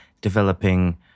developing